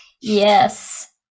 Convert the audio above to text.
Yes